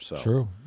True